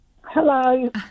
Hello